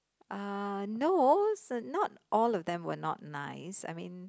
uh no not all of them were not nice I mean